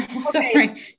Sorry